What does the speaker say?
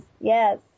yes